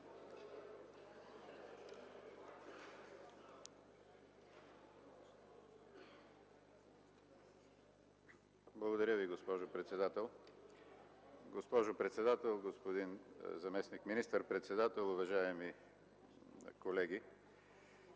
Благодаря Ви, госпожо председател. Госпожо председател, господин заместник министър председател, уважаеми колеги!